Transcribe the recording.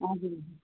हजुर